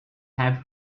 have